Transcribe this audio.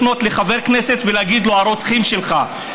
לפנות לחבר כנסת ולהגיד לו: הרוצחים שלך,